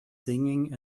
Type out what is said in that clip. singing